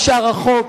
נשאר החוק,